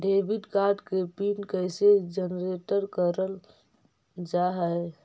Debit card के PIN कैसे generate करल जाहै?